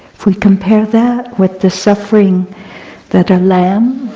if we compare that with the suffering that a lamb,